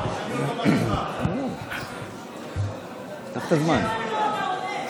תשאלי אותו מה זה VAR. מיקי יסביר לך.